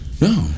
No